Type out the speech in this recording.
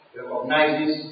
recognizes